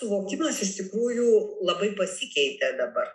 laukimas iš tikrųjų labai pasikeitė dabar